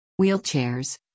Wheelchairs